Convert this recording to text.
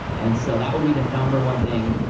and so that would be the number one thing.